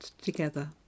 together